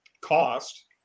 cost